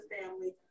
family